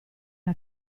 era